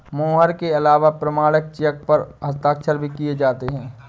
मोहर के अलावा प्रमाणिक चेक पर हस्ताक्षर भी किये जाते हैं